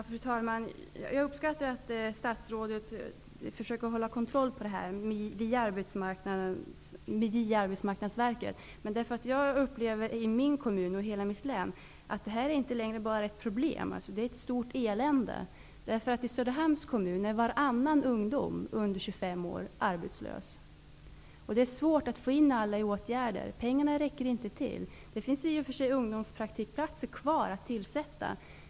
Fru talman! Jag uppskattar att statsrådet försöker hålla kontroll på detta via Arbetsmarknadsverket. Men jag upplever i min hemkommun och i hela mitt hemlän att detta inte längre är bara ett problem utan ett stort elände. I Söderhamns kommun är varannan ungdom under 25 år arbetslös. Det är svårt att få in alla i åtgärder. Pengarna räcker inte. Nu fick vi i och för sig ungdomspraktikplatser kvar att tillsätta.